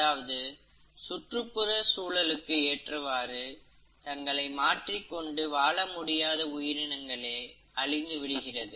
அதாவது சுற்றுப்புற சூழலுக்கு ஏற்றவாறு தங்களை மாற்றிக் கொண்டு வாழ முடியாத உயிரினங்களே அழிந்து விடுகிறது